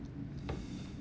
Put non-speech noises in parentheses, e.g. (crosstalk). (breath)